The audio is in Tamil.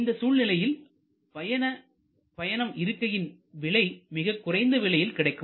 இந்த சூழ்நிலையில் பயணம் இருக்கையின் விலை மிகக் குறைந்த விலையில் கிடைக்கும்